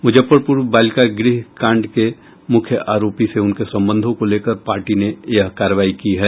मुजफ्फरपुर बालिका गृह कांड के मुख्य आरोपी से उनके संबंधों को लेकर पार्टी ने यह कार्रवाई की है